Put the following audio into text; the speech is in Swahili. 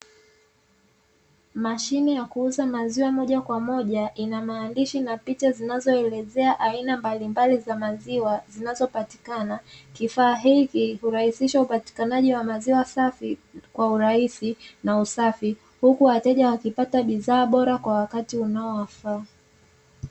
Mashine ya kuuza maziwa moja kwa moja ina maandishi na picha zinazoelezea aina mbalimbali za maziwa zinazopatikana. Kifaa hiki hurahisisha upatikanaji wa maziwa safi kwa urahisi na usafi huku wateja wakipata bidhaa bora kwa wakati unaowafaa.